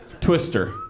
Twister